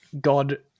God